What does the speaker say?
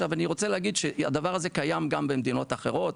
אני רוצה להגיד שהדבר הזה קיים גם במדינות אחרות,